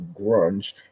grunge